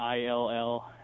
ILL